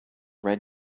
red